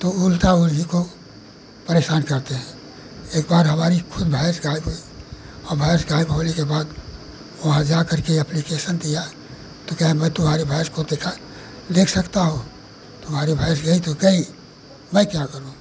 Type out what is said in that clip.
तो उल्टा उन्हीं को परेशान करते हैं एक बार हमारी ख़ुद भैंस ग़ायब हुई वो भैंस ग़ायब होने के बाद वहाँ जाकर के एप्लिकेशन दिया तो कहा मैं तुम्हारे भैंस को देखा देख सकता हूँ तुम्हारे भैंस गई तो गई मैं क्या करूँ